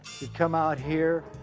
come out here,